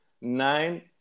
nine